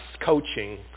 coaching